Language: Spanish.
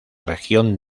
región